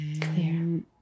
clear